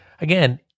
again